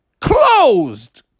Closed